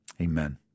amen